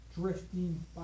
drifting